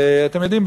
ואתם יודעים,